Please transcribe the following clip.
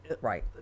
Right